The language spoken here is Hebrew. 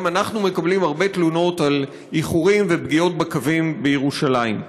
גם אנחנו מקבלים הרבה תלונות על איחורים ופגיעות בקווים בירושלים,